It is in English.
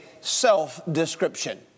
self-description